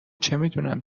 چمیدونم